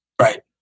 right